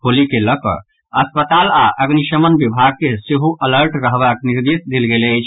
होली के लऽकऽ अस्पताल आओर अग्निशमन विभाग के सेहो अलर्ट रहबाक निर्देश देल गेल अछि